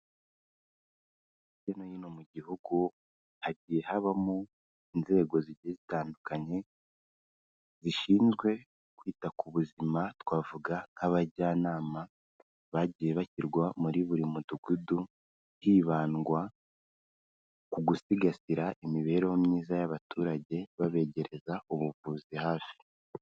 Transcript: Hirya no hino mu gihugu hagiye habamo inzego zitandukanye zishinzwe kwita ku buzima. Twavuga nk'abajyanama bagiye bashyirwa muri buri mudugudu hibandwa ku gusigasira imibereho myiza y'abaturage babegereza ubuvuzi hafi.